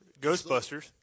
ghostbusters